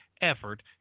effort